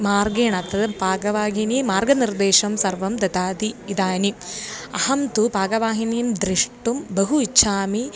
मार्गेण तत् पाकवाहिनी मार्गनिर्देशं सर्वं ददाति इदानीम् अहं तु पाकवाहिनीं द्रष्टुं बहु इच्छामि